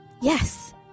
yes